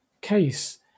case